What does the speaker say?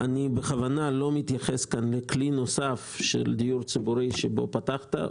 אני בכוונה לא מתייחס כאן לכלי נוסף של דיור ציבורי שבו פתחת.